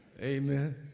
Amen